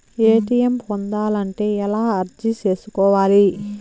ATM పొందాలంటే ఎలా అర్జీ సేసుకోవాలి?